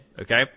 Okay